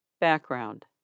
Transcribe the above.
Background